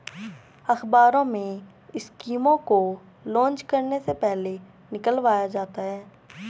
अखबारों में स्कीमों को लान्च करने से पहले निकलवाया जाता है